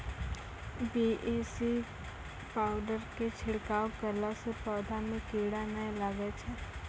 BAC powder के छिड़काव करला से पौधा मे कीड़ा नैय लागै छै?